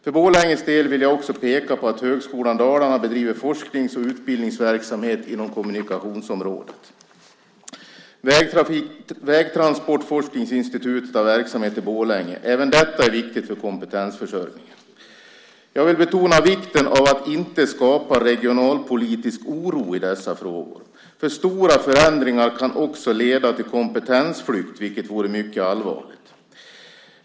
För Borlänges del vill jag också peka på att Högskolan Dalarna bedriver forsknings och utbildningsverksamhet inom kommunikationsområdet. Vägtransportforskningsinstitutet har verksamhet i Borlänge. Även detta är viktigt för kompetensförsörjningen. Jag vill betona vikten av att inte skapa regionalpolitisk oro i dessa frågor. För stora förändringar kan också leda till kompetensflykt, vilket vore mycket allvarligt.